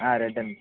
ah red and